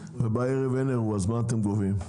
ובערב אין אירוע, מה אתם גובים?